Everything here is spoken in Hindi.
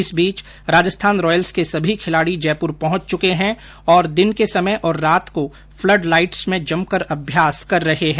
इस बीच राजस्थान रॉयल्स के सभी खिलाड़ी जयपुर पहुंच चुके हैं और दिन के समय तथा रात को फ्लड लाइट्स में जमकर अभ्यास कर रहे हैं